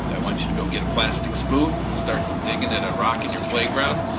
i want you to go get a plastic spoon, start digging at a rock in your playground?